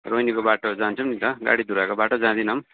रोहिणीको बाटो जान्छौँ नि त गाडीधुराको बाटो जाँदैनौँ